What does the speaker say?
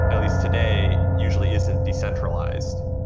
at least today, usually isn't decentralized.